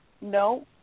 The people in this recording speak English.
no